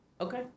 Okay